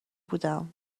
بودم